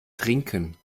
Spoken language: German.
trinken